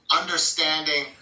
understanding